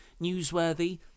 newsworthy